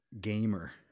gamer